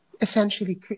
essentially